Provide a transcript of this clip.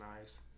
nice